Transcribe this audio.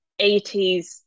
80s